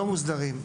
לענפים לא מוסדרים,